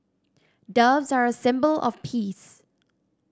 doves are a symbol of peace